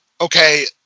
okay